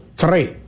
three